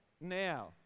now